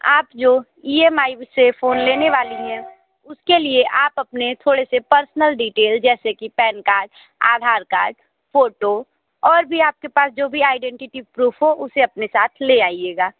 आप जो E M I से फोन लेने वाली हैं उसके लिए आप अपने थोड़े से पर्सनल डिटेल्स जैसे की PAN card Aadhaar card photo और भी आपके पास जो भी आइडेंटिटी प्रूफ हो उसे अपने साथ ले आइयेगा